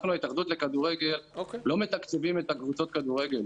אנחנו התאחדות לכדורגל לא מתקציבים את קבוצות הכדורגל.